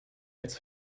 als